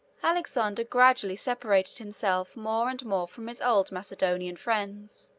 alexander gradually separated himself more and more from his old macedonian friends,